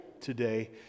today